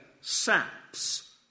saps